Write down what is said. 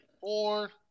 four